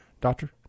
Doctor